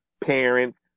parents